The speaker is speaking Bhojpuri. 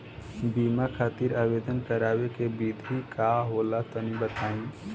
बीमा खातिर आवेदन करावे के विधि का होला तनि बताईं?